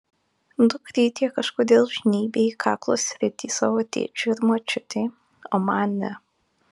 dukrytė kažkodėl žnybia į kaklo sritį savo tėčiui ir močiutei o man ne